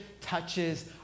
touches